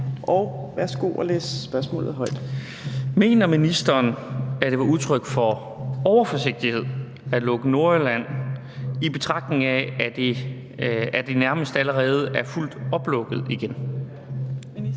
Marie Bjerre (V)): Mener ministeren, at det var udtryk for overforsigtighed at nedlukke Nordjylland, i betragtning af at det nærmest allerede er fuldt oplukket igen? Fjerde